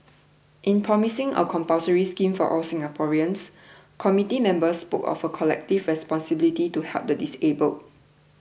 in proposing a compulsory scheme for all Singaporeans committee members spoke of a collective responsibility to help the disabled